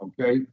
okay